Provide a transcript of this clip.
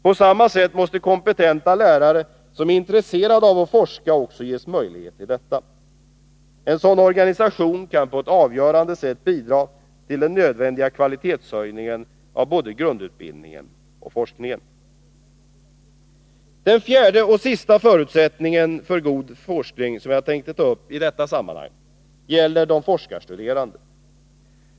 På samma sätt måste kompetenta lärare som är intresserade av att forska också ges möjlighet till detta. En sådan organisation kan på ett avgörande sätt bidra till den nödvändiga kvalitetshöjningen av både grundutbildningen och forskningen. Den fjärde och sista förutsättningen för god forskning, som jag tänker ta upp i detta sammanhang, gäller de forskarstuderande.